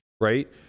Right